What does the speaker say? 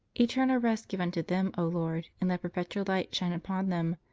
eternal rest give unto them, o lord. and let perpetual light shine upon them.